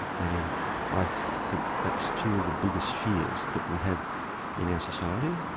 and i think perhaps two of the biggest fears that we have in our society,